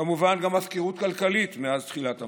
כמובן, גם הפקרות כלכלית מאז תחילת המשבר.